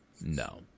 no